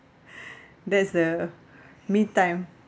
that's the me time